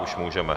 Už můžeme.